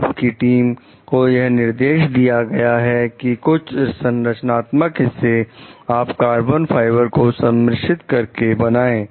आपकी टीम को यह निर्देश दिया गया है कि कुछ संरचनात्मक हिस्से आप कार्बन फाइबर को सम्मिश्रित करके बनाएं